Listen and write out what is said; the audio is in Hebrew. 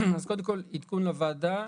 קודם כול, עדכון לוועדה.